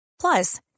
Plus